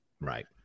right